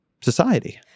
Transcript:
society